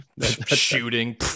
Shooting